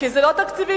למה זה לא תקציבי?